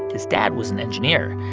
his dad was an engineer.